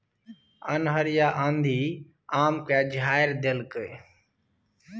अन्हर आ आंधी आम के झाईर देलकैय?